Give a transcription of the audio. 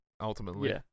ultimately